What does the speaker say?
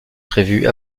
prévue